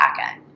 backend